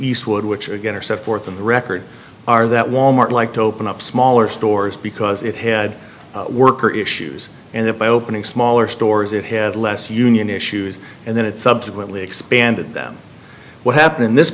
eastwood which again are set forth in the record are that wal mart like to open up smaller stores because it had worker issues and that by opening smaller stores it had less union issues and then it subsequently expanded them what happened in this